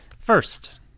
First